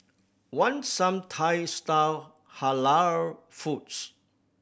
want some Thai style Halal foods